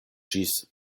ĝis